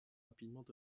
rapidement